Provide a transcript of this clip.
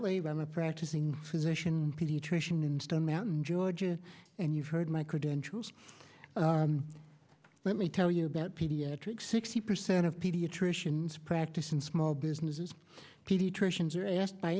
of practicing physician pediatrician in stone mountain georgia and you've heard my credentials let me tell you that pediatric sixty percent of pediatricians practice in small businesses pediatricians are asked by